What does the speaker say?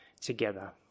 together